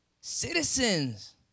Citizens